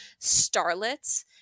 starlets